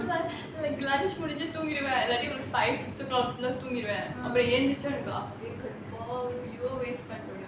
like like lunch முடிச்சி தூங்கிடுவேன்:mudichi thoongiduvaen five six O clock லாம் தூங்கிடுவேன்:laam thoongiduvaen you all waste five dollar